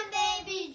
baby